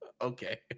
okay